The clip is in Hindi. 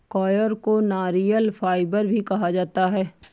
कॉयर को नारियल फाइबर भी कहा जाता है